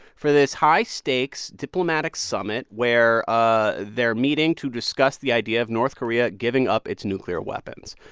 for this high-stakes diplomatic summit where ah they're meeting to discuss the idea of north korea giving up its nuclear weapons.